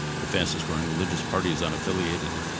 the fastest growing religious party is unaffiliated.